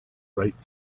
bright